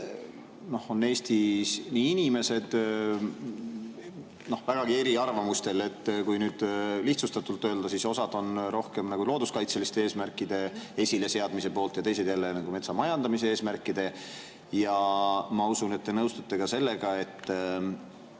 on Eestis inimesed vägagi eri arvamustel. Kui lihtsustatult öelda, siis osa on rohkem nagu looduskaitseliste eesmärkide esile seadmise poolt ja teised jälle metsa majandamise eesmärkide poolt. Ma usun, et te nõustute sellega, et